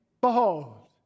behold